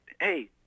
Hey